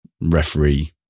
referee